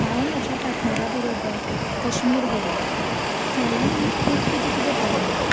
हांव म्हज्या पार्टनरा बरोबर कश्मीर गेल्लें थंय आमी खूब कितें कितें पळयलें